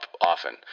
often